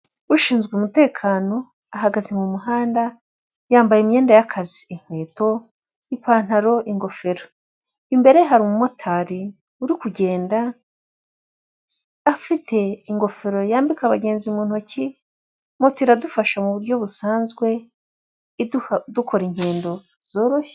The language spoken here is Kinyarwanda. Ushinzwe umutekano ahagaze mu muhanda yambaye imyenda y'akazi, inkweto, ipantaro, ingofero. Imbere ye hari umumotari uri kugenda afite ingofero yambika abagenzi mu ntoki. Moto iradufashe mu buryo busanzwe dukora ingendo.